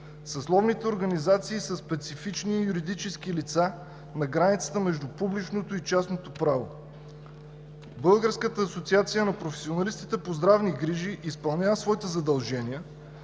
Съсловните организации са специфични юридически лица на границата между публичното и частното право. Българската асоциация на професионалистите по здравни грижи изпълнява своите задължения,